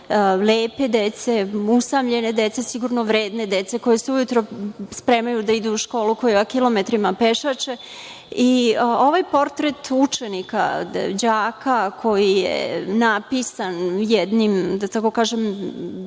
lepe dece, usamljene dece, sigurno vredne dece, koja se ujutru spremaju da idu u školu, koja kilometrima pešače i ovaj portret učenika, đaka koji je napisan jednim birokratskim,